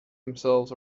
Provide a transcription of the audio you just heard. themselves